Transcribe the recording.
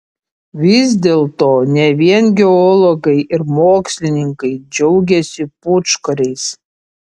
vis dėlto ne vien geologai ir mokslininkai džiaugiasi pūčkoriais